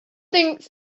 thinks